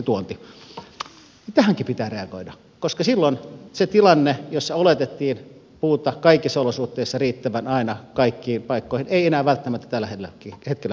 mutta tähänkin pitää reagoida koska silloin se tilanne jossa oletettiin puuta kaikissa olosuhteissa riittävän aina kaikkiin paikkoihin ei enää välttämättä tällä hetkellä pidä paikkaansa